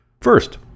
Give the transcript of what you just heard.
First